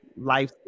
Life